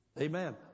Amen